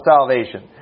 salvation